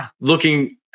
looking